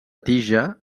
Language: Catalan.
tija